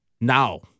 now